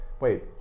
wait